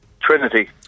Trinity